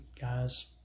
guys